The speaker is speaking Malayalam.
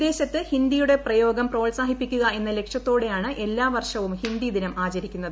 വിദേശത്ത് ഹിന്ദിയുടെ ഇന്ന് പ്രയോഗം പ്രോത്സാഹിപ്പിക്കുക എന്ന ലക്ഷ്യത്തോട്ടുയാണ് എല്ലാ വർഷവും ഹിന്ദി ദിനം ആചരിക്കുന്നത്